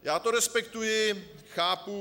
Já to respektuji, chápu.